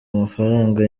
amafaranga